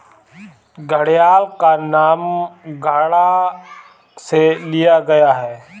घड़ियाल का नाम घड़ा से लिया गया है